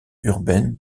urbaine